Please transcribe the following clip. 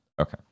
Okay